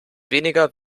weniger